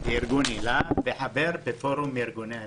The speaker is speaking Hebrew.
וחבר בפורום ארגוני הנכים.